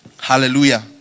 hallelujah